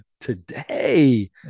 Today